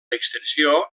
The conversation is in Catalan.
extensió